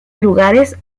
lugares